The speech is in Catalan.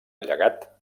llegat